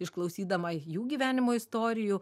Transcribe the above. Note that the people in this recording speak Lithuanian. išklausydama jų gyvenimo istorijų